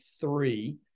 three